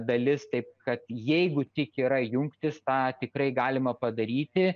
dalis tai kad jeigu tik yra jungtys tą tikrai galima padaryti